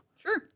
Sure